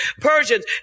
Persians